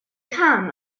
can